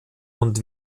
und